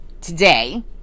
today